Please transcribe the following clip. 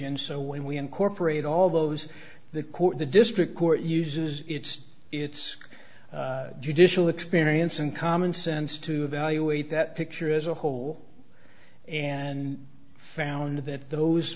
and so when we incorporate all those the court the district court uses its its judicial experience and common sense to evaluate that picture as a whole and found that those